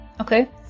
Okay